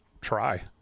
try